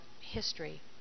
history